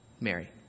Mary